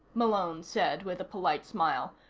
malone said with a polite smile.